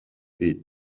est